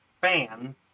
fan